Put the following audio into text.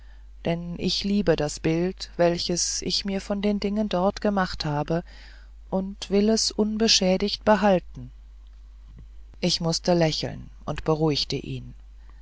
denn ich liebe das bild welches ich mir von den dingen dort gemacht habe und will es unbeschädigt behalten ich mußte lächeln und beruhigte ihn